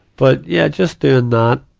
but, yeah, just doing that.